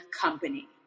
company